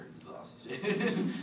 exhausted